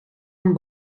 een